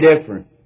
different